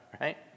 right